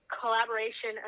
collaboration